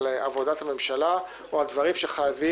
--- עד שמקימים ממשלה זה לא זמן קצוב.